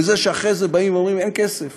ולזה שאחרי זה באים ואומרים: אין כסף